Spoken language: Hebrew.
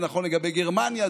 זה נכון לגבי גרמניה,